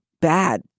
bad